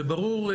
וברור,